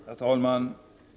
Herr talman!